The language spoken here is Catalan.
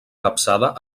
capçada